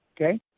okay